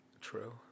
True